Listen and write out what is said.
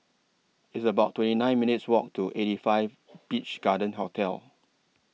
It's about twenty nine minutes' Walk to eighty five Beach Garden Hotel